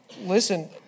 Listen